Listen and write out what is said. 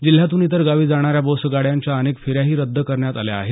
जिल्ह्यातून इतर गावी जाणाऱ्या बस गाड्यांच्या अनेक फेऱ्याही रद्द करण्यात आल्या आहेत